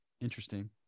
interesting